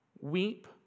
weep